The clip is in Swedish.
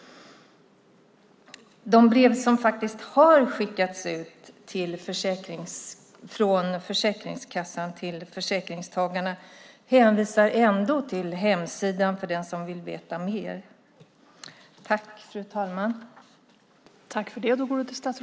De brev som faktiskt har skickats ut från Försäkringskassan till försäkringstagarna hänvisar ändå till hemsidan för den som vill veta mer.